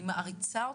אני מעריצה אתכם.